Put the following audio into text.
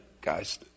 guys